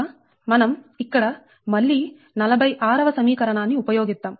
కనుక మనం ఇక్కడ మళ్ళీ 46 వ సమీకరణాన్ని ఉపయోగిద్దాం